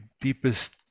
deepest